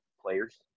players